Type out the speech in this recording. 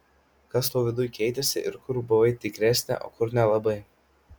kas tau viduj keitėsi ir kur buvai tikresnė o kur nelabai